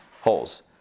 holes